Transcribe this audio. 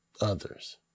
others